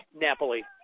Napoli